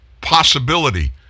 possibility